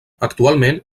actualment